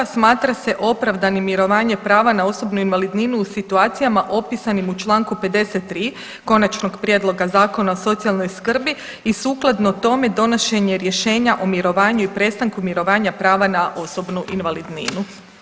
Smatra se opravdanim mirovanje prava na osobnu invalidninu u situacijama opisanim u čl. 53 Konačnog prijedloga Zakona o socijalnoj skrbi i sukladno tome, donošenje rješenja o mirovanju i prestanku mirovanja prava na osobnu invalidninu.